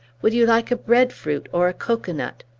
would you like a bread-fruit, or a cocoanut?